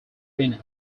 arena